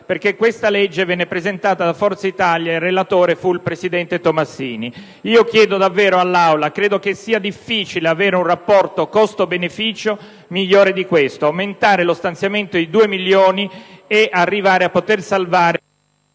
perché questa legge venne presentata da Forza Italia e il relatore fu il presidente Tomassini. Credo che sia difficile avere un rapporto costo‑beneficio migliore di questo: aumentare lo stanziamento di 2 milioni e arrivare a poter salvare...